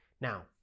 Now